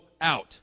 out